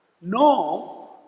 No